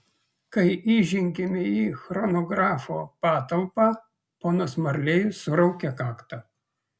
kai įžengėme į chronografo patalpą ponas marlėjus suraukė kaktą